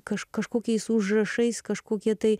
kaž kažkokiais užrašais kažkokie tai